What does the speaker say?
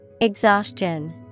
Exhaustion